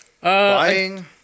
buying